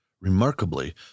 Remarkably